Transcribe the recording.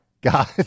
God